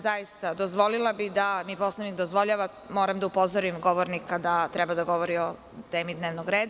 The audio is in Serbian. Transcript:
Zaista bih dozvolila, da mi Poslovnik dozvoljava, ali moram da upozorim govornika da treba da govori o temi dnevnog reda.